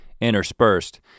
interspersed